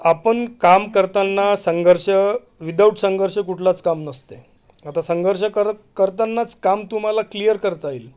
आपण काम करताना संघर्ष विदाउट संघर्ष कुठलंच काम नसतंय आता संघर्ष करत करतानाच काम तुम्हाला क्लिअर करता येईल